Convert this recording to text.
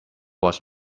was